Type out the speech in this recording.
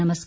नमस्कार